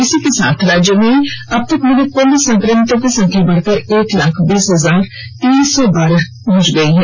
इसी के साथ राज्य में अब तक मिले कुल संक्रमितों की संख्या बढ़कर एक लाख बीस हजार तीन सौ बारह पहुंच गई है